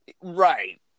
Right